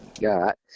got